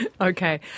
okay